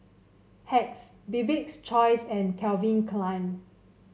Hacks Bibik's Choice and Calvin Klein